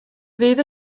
fydd